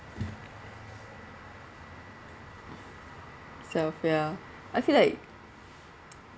self ya I feel like